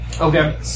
Okay